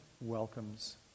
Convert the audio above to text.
welcomes